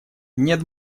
нет